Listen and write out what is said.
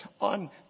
on